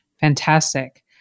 Fantastic